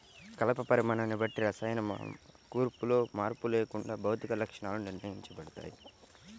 కలప పరిమాణాన్ని బట్టి రసాయన కూర్పులో మార్పు లేకుండా భౌతిక లక్షణాలు నిర్ణయించబడతాయి